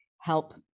help